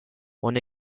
one